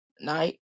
night